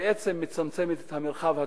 שבעצם מצמצמת את המרחב הציבורי,